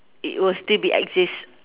it will still be exists